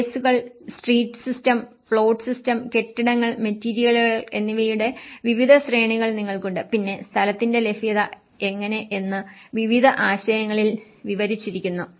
സ്പേസുകൾ street system plot system കെട്ടിടങ്ങൾ മെറ്റീരിയലുകൾ എന്നിവയുടെ വിവിധ ശ്രേണികൾ നിങ്ങൾക്കുണ്ട് പിന്നെ സ്ഥലത്തിന്റെ ലഭ്യത എങ്ങനെ എന്ന് വിവിധ ആശയങ്ങളിൽ വിവരിച്ചിരിക്കുന്നു